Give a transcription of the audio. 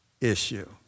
issue